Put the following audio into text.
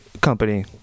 company